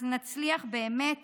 אז נצליח באמת